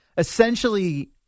Essentially